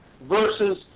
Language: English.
versus